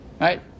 right